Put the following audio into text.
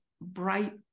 bright